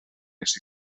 nes